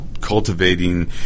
cultivating